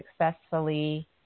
successfully